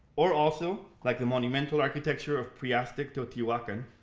or also, like the monumental architecture of pre-aztec teotihuacan,